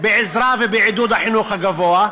בעזרה ובעידוד החינוך הגבוה,